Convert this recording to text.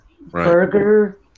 burger